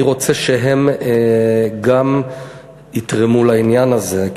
הוא שאני רוצה שגם הם יתרמו לעניין הזה,